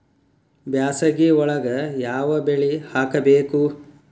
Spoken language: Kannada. ಬ್ಯಾಸಗಿ ಒಳಗ ಯಾವ ಬೆಳಿ ಹಾಕಬೇಕು?